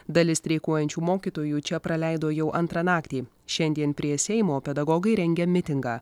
dalis streikuojančių mokytojų čia praleido jau antrą naktį šiandien prie seimo pedagogai rengia mitingą